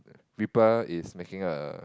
reaper is making a